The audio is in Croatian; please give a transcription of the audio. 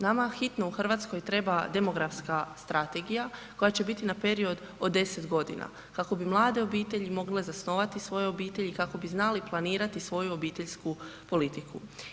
Nama hitno u Hrvatskoj treba demografska strategija koja će biti na period od 10 godina kako bi mlade obitelji mogle zasnovati svoje obitelji i kako bi znali planirati svoju obiteljsku politiku.